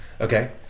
Okay